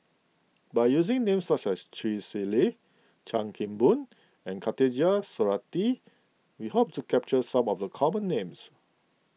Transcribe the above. by using names such as Chee Swee Lee Chan Kim Boon and Khatijah Surattee we hope to capture some of the common names